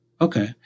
Okay